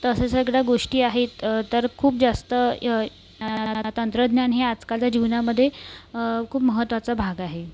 तर अशा सगळ्या गोष्टी आहेत तर खूप जास्त तंत्रज्ञान ही आजकालच्या जीवनामध्ये खूप महत्वाचा भाग आहे